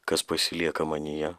kas pasilieka manyje